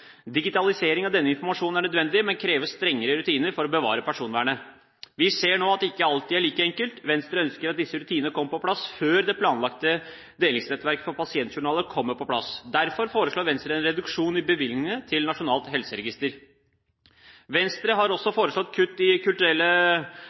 Digitalisering av denne informasjonen er nødvendig, men krever strengere rutiner for å bevare personvernet. Vi ser nå at det ikke alltid er like enkelt. Venstre ønsker at disse rutinene kommer på plass før det planlagte delingsnettverket for pasientjournaler kommer på plass. Derfor foreslår Venstre en reduksjon i bevilgningene til nasjonalt helseregister. Venstre har også